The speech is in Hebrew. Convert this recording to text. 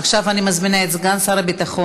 עכשיו אני מזמינה את סגן שר הביטחון,